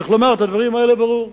צריך לומר את הדברים האלה ברור.